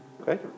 Okay